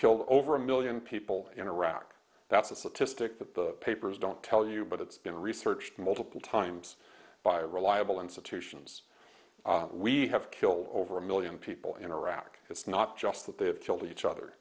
killed over a million people in iraq that's a statistic that the papers don't tell you but it's been researched multiple times by reliable institutions we have killed over a million people in iraq it's not just that they have killed each other